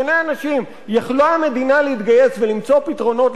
יכולה היתה המדינה להתגייס ולמצוא פתרונות לבעיית הדיור שלהם.